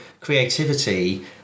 creativity